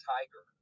Tiger